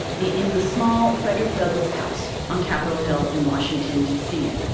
in the small frederick douglass house on capitol hill in washington dc.